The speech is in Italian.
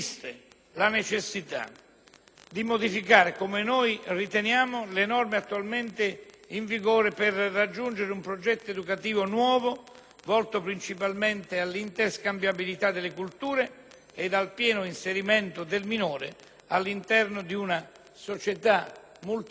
di modificare, come riteniamo, le norme attualmente in vigore, per raggiungere un progetto educativo nuovo, volto principalmente all'interscambiabilità delle culture e al pieno inserimento del minore all'interno di una società multietnica equilibrata.